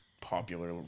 popular